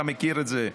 אתה מכיר את זה,